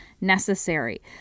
necessary